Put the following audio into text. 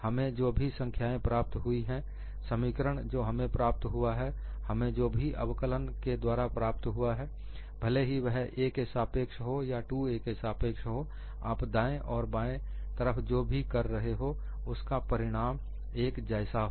हमें जो भी संख्याएं प्राप्त हुई हैं समीकरण जो हमें प्राप्त हुआ है हमें जो भी अवकलन के द्वारा प्राप्त हुआ है भले ही वह a के सापेक्ष हो या 2a के सापेक्ष हो आप दाएं और बाएं तरफ जो भी कर रहे हो उसका परिणाम एक जैसा हो